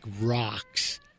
rocks